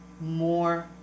more